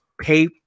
pay